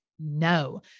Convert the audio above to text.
No